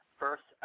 first